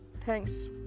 Thanks